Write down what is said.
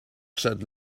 said